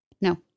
No